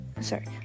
sorry